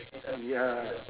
mm ya